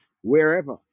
wherever